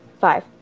Five